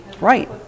Right